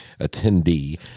attendee